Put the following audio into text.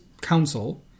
council